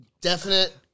definite